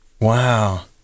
Wow